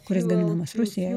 kuris gaminamas rusijoj